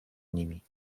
nimi